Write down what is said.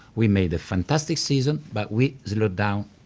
we made a fantastic season, but we slowed down.